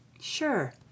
Sure